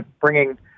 bringing